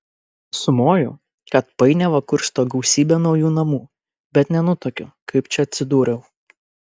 sumoju kad painiavą kursto gausybė naujų namų bet nenutuokiu kaip čia atsidūriau